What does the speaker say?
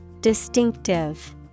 Distinctive